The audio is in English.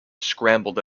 scrambled